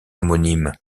homonyme